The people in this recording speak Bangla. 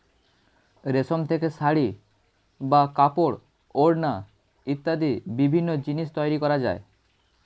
রেশম থেকে শাড়ী বা কাপড়, ওড়না ইত্যাদি বিভিন্ন জিনিস তৈরি করা যায়